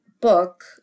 book